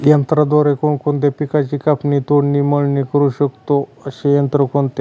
यंत्राद्वारे कोणकोणत्या पिकांची कापणी, तोडणी, मळणी करु शकतो, असे यंत्र कोणते?